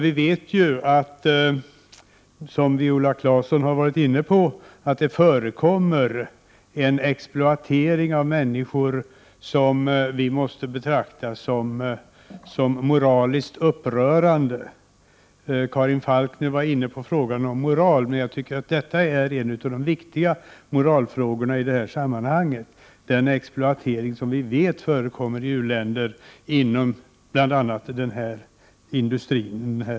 Vi vet ju, som Viola Claesson har nämnt, att det förekommer en exploatering av människor, som vi måste betrakta som moraliskt upprörande. Karin Falkmer var inne på frågan om moral. Jag tycker att en av de viktigaste moralfrågorna är den exploatering som vi vet förekommer i en rad u-länder, bl.a. inom denna industri.